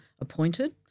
appointed